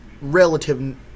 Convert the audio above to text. relative